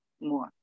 more